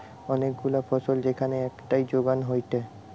অনেক গুলা ফসল যেখান একটাই জাগায় যোগান হয়টে